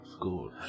good